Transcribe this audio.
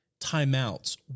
timeouts